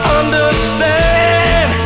understand